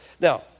Now